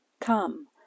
Come